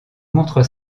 montre